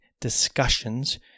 discussions